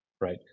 right